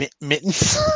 Mittens